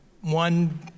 one